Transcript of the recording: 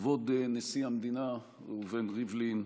כבוד נשיא המדינה ראובן ריבלין,